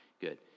Good